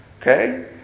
Okay